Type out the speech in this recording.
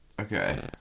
okay